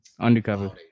undercover